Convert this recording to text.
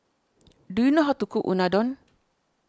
do you know how to cook Unadon